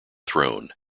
throne